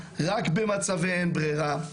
רק במצבי אין ברירה".